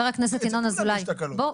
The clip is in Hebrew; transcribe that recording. אצל כולם יש תקלות.